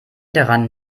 daran